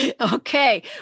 Okay